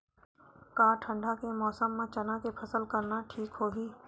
का ठंडा के मौसम म चना के फसल करना ठीक होही?